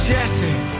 Jesse